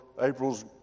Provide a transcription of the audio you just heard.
April's